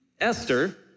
Esther